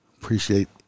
Appreciate